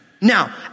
Now